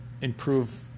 improve